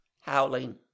howling